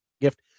gift